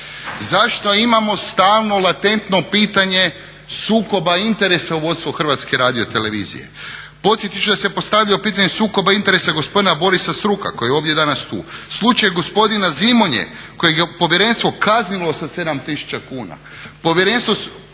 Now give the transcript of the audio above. Zašto imamo stalno latentno pitanje sukoba interesa u vodstvu HRT-a? Podsjetit ću da se postavljalo sukoba interesa gospodina Borisa Sruka koji je ovdje danas tu, slučaj gospodina Zimonje kojeg je povjerenstvo kaznilo sa 7 tisuća